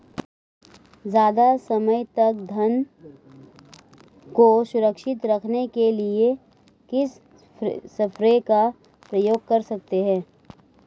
ज़्यादा समय तक धान को सुरक्षित रखने के लिए किस स्प्रे का प्रयोग कर सकते हैं?